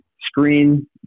screen